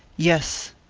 yes,